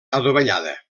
adovellada